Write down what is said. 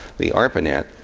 the arpanet.